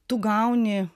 tu gauni